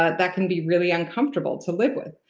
ah that can be really uncomfortable to live with.